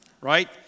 right